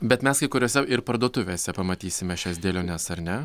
bet mes kai kuriose parduotuvėse pamatysime šias dėliones ar ne